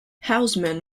houseman